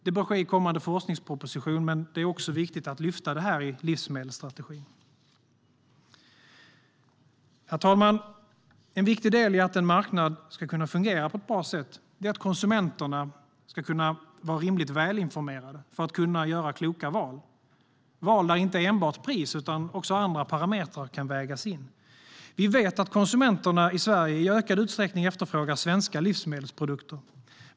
Det bör ske i den kommande forskningspropositionen, men det är också viktigt att lyfta fram det i livsmedelsstrategin. Herr talman! En viktig del för att en marknad ska kunna fungera på ett bra sätt är att konsumenterna ska vara rimligt välinformerade för att kunna göra kloka val - val där inte enbart pris utan också andra parametrar kan vägas in. Vi vet att konsumenterna i Sverige i ökad utsträckning efterfrågar svenska livsmedelsprodukter.